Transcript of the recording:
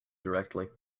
directly